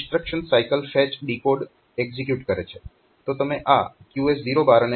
instruction cycle fetch decode execute કરે છે